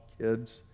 kids